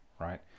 right